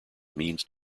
means